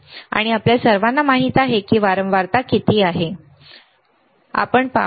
आणि आपल्या सर्वांना माहित आहे की वारंवारता किती आहे आपण पाहू